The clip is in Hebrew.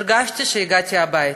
הרגשתי שהגעתי הביתה,